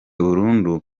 burundu